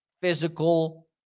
physical